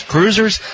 Cruisers